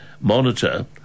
monitor